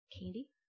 Candy